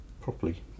properly